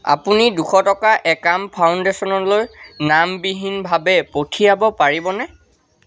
আপুনি দুশ টকা একাম ফাউণ্ডেশ্যনলৈ নামবিহীনভাৱে পঠিয়াব পাৰিবনে